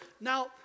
Now